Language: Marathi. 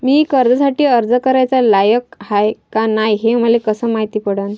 मी कर्जासाठी अर्ज कराचा लायक हाय का नाय हे मले कसं मायती पडन?